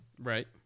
Right